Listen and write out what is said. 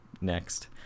next